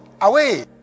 Away